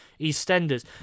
EastEnders